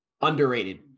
Underrated